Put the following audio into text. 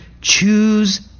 choose